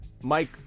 Mike